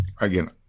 again